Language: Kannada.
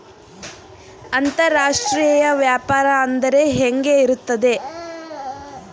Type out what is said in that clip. ಅಂತರಾಷ್ಟ್ರೇಯ ವ್ಯಾಪಾರ ಅಂದರೆ ಹೆಂಗೆ ಇರುತ್ತದೆ?